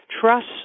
trust